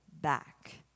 back